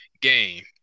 game